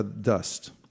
dust